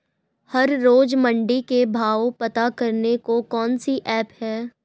हर रोज़ मंडी के भाव पता करने को कौन सी ऐप है?